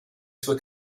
sue